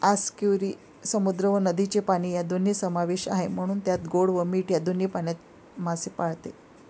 आस्कियुरी समुद्र व नदीचे पाणी या दोन्ही समावेश आहे, म्हणून त्यात गोड व मीठ या दोन्ही पाण्यात मासे पाळते